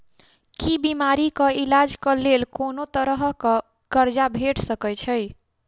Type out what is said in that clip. की बीमारी कऽ इलाज कऽ लेल कोनो तरह कऽ कर्जा भेट सकय छई?